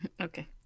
okay